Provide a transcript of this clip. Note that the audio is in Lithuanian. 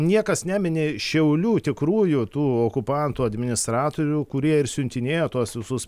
niekas nemini šiaulių tikrųjų tų okupantų administratorių kurie ir siuntinėjo tuos visus